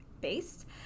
based